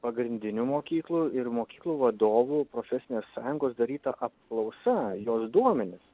pagrindinių mokyklų ir mokyklų vadovų profesinės sąjungos daryta apklausa jos duomenys